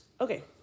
okay